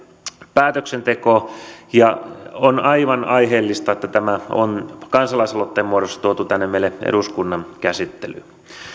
päätöksentekoon ja on aivan aiheellista että tämä on kansalaisaloitteen muodossa tuotu tänne meille eduskunnan käsittelyyn